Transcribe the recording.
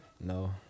No